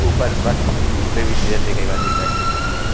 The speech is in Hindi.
ऊपर बर्थ पे भी बैठने के लिए